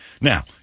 Now